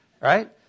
right